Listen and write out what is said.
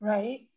Right